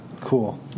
Cool